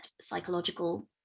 psychological